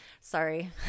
Sorry